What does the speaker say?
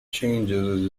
changes